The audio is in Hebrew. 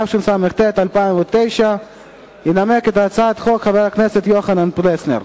התשס"ט 2009. ינמק את הצעת החוק חבר הכנסת יוחנן פלסנר.